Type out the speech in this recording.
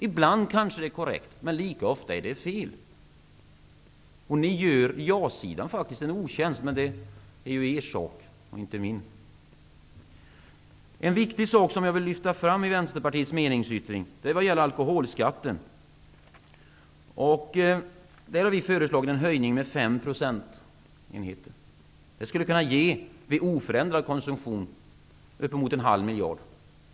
Ibland är det korrekt, men lika ofta är det fel. Ni gör ja-sidan en otjänst -- men det är er sak och inte min. En viktig sak som jag vill lyfta fram i Vänsterpartiets meningsyttring är alkoholskatten. Vi har föreslagit en höjning med 5 procentenheter. Det skulle ge, vid oförändrad konsumtion, uppemot en halv miljard.